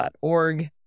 org